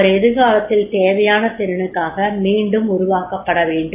அவர் எதிர்காலத்தில் தேவையான திறனுக்காக மீண்டும் உருவாக்கப்பட வேண்டும்